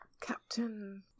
Captain